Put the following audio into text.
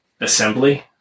Assembly